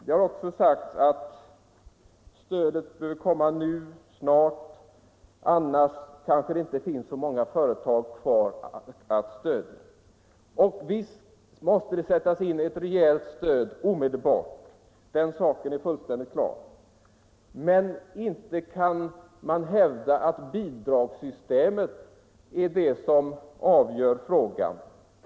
Det har också sagts att stödet behöver komma snart — annars kanske det inte finns så många företag kvar att stödja. Visst måste det sättas in ett rejält stöd omedelbart — den saken är klar. Men inte kan man hävda att bidragssystemet är det som avgör huruvida dessa företag skall kunna fortleva.